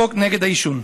החוק נגד העישון.